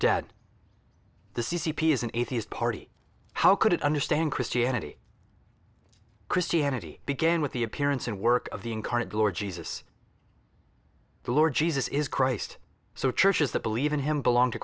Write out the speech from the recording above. dead the c c p is an atheist party how could it understand christianity christianity began with the appearance and work of the incarnate lord jesus the lord jesus is christ so churches that believe in him belong to